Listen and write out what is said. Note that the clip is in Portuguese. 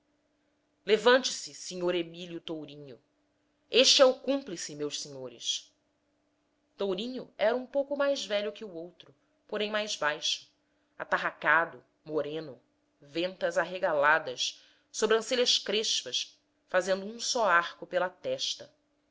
levante-se sr emílio tourinho este é o cúmplice meus senhores tourinho era um pouco mais velho que o outro porém mais baixo atarracado moreno ventas arregaladas sobrancelhas crespas fazendo um só arco pela testa